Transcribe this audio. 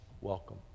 welcome